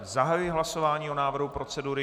Zahajuji hlasování o návrhu procedury.